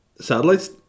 satellites